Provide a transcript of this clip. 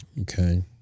Okay